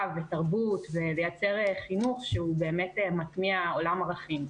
ותרבות ולייצר חינוך שהוא באמת מטמיע עולם ערכים.